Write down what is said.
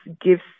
gives